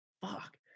fuck